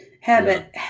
habit